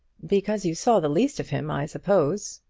because you saw the least of him, i suppose.